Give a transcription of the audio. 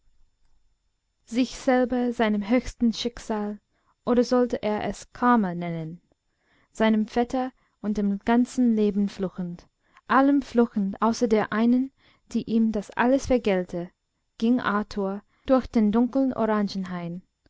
sich selber seinem höchsten schicksal oder sollte er es karma nennen seinem vetter und dem ganzen leben fluchend allem fluchend außer der einen die ihm das alles vergällte ging arthur durch den dunkeln